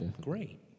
Great